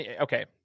okay